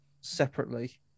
separately